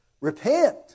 Repent